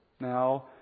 now